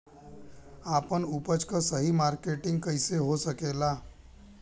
आपन उपज क सही मार्केटिंग कइसे हो सकेला?